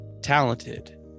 talented